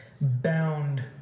bound